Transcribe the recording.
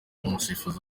umusifuzi